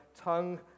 tongue